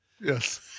Yes